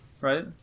right